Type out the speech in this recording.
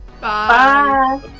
Bye